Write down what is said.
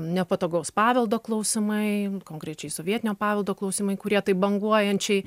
nepatogaus paveldo klausimai konkrečiai sovietinio paveldo klausimai kurie taip banguojančiai